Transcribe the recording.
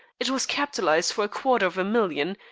it was capitalized for a quarter of a million,